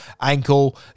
Ankle